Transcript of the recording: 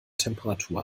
temperatur